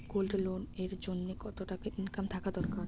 Gold loan এর জইন্যে কতো টাকা ইনকাম থাকা দরকার?